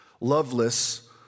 Loveless